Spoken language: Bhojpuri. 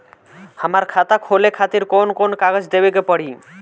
हमार खाता खोले खातिर कौन कौन कागज देवे के पड़ी?